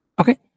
Okay